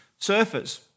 Surfers